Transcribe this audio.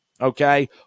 okay